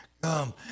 come